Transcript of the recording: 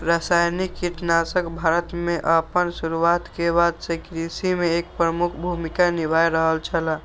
रासायनिक कीटनाशक भारत में आपन शुरुआत के बाद से कृषि में एक प्रमुख भूमिका निभाय रहल छला